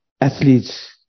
athletes